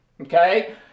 Okay